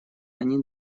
они